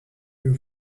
you